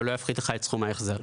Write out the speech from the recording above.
ולא יפחית לך את סכום ההחזר.